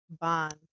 bond